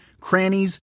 crannies